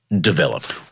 develop